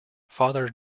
father